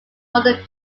modern